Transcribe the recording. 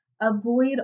avoid